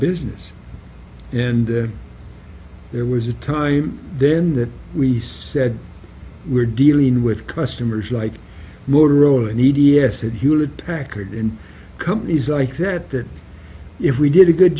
business and there was a time then that we said we're dealing with customers like motorola need e s a hewlett packard and companies like that that if we did a good